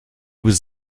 was